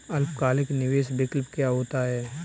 अल्पकालिक निवेश विकल्प क्या होता है?